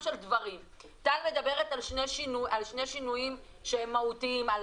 טל מדברת על שני שינויים מהותיים: על